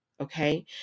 Okay